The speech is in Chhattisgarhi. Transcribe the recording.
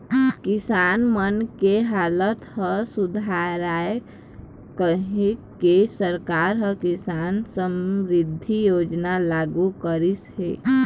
किसान मन के हालत ह सुधरय कहिके सरकार ह किसान समरिद्धि योजना लागू करिस हे